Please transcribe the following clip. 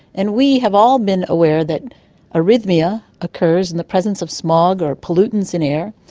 and we have all been aware that arrhythmia occurs in the presence of smog or pollutants in air,